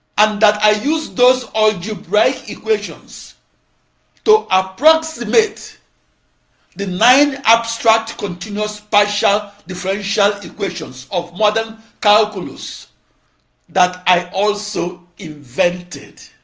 um that i used those algebraic equations to approximate the nine abstract, continuous partial differential equations of modern calculus that i also invented.